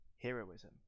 heroism